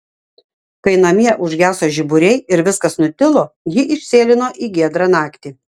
kai namie užgeso žiburiai ir viskas nutilo ji išsėlino į giedrą naktį